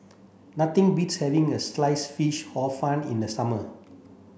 nothing beats having a sliced fish hor fun in the summer